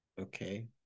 Okay